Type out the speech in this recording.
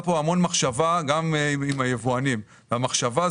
כאן המון מחשבה גם עם היבואנים ומחשבה,